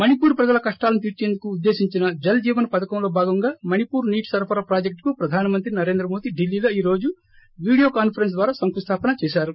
మణిపూర్ ప్రజల కష్షాలను తీర్పేందుకు ఉద్దేశించిన జల్ జీవన్ పథకంలో భాగంగా మణిపూర్ నీటి సరఫరా ప్రాజెక్టుకు ప్రధాన మంత్రి నరేంద్ర మోదీ ఢిల్లీలో ఈ రోజు వీడియో కాన్సరెన్స్ ద్వారా శంకుస్లాపన చేశారు